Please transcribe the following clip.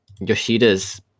yoshida's